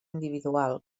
individual